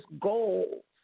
goals